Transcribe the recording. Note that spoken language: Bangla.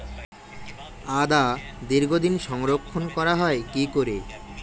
আদা দীর্ঘদিন সংরক্ষণ করা হয় কি করে?